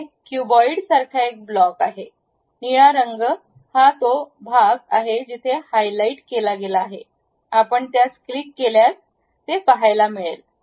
इथे क्यूबॉइड सारखा एक ब्लॉक आहे निळा रंग हा तो भाग आहे जेथे हायलाइट केला गेला आहे आपण त्यास क्लिक केल्यास ते पहायला मिळेल